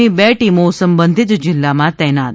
ની બે ટીમો સંબંધિત જિલ્લામાં તૈનાત